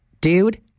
dude